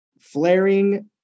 Flaring